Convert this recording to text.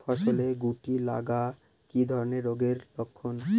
ফসলে শুটি লাগা কি ধরনের রোগের লক্ষণ?